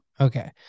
okay